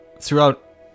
throughout